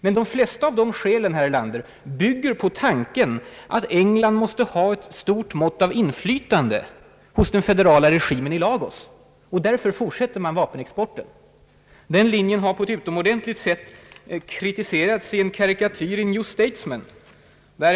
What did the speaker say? Men de flesta av dessa skäl bygger på tanken att England måste ha ett stort mått av inflytande hos den federala regimen i Lagos. Därför fortsätter man vapenexporten. Den linjen har på ett utomordentligt sätt kritiserats i en karikatyr i New Statesman.